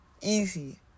easy